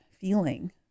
feeling